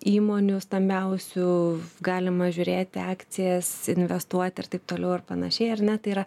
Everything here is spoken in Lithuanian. įmonių stambiausių galima žiūrėti akcijas investuoti ir taip toliau ir panašiai ar ne tai yra